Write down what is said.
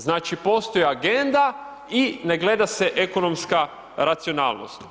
Znači, postoji agenda i ne gleda se ekonomska racionalnost.